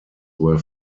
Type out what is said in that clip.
were